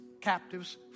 captives